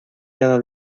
cada